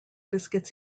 biscuits